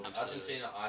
Argentina